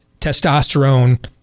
testosterone